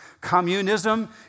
Communism